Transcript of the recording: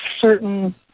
certain